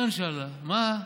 מה?